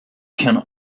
can